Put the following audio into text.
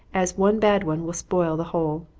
as one bad one will spoil the whole.